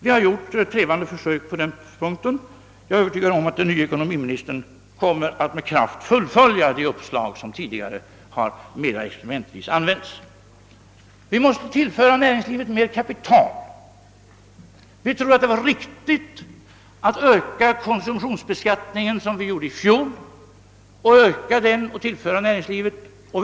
Vi har gjort ett trevande försök på den punkten. Jag är övertygad om att den nye ekonomiministern med kraft kommer att fullfölja de uppslag, som tidigare mera experimentvis har prövats. 2. Vi måste tillföra näringslivet mer kapital. Vi tror att det var riktigt att öka konsumtionsbeskattningen på det sätt som skedde i fjol och att tillföra näringslivet de medel som härigenom inflyter. 3.